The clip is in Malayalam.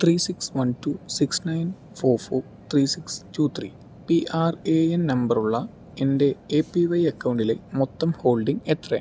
three six one two six nine four four three six two three P R A N നമ്പറുള്ള എൻ്റെ എ പി വൈ അക്കൗണ്ടിലെ മൊത്തം ഹോൾഡിംഗ് എത്രയാണ്